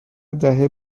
دهه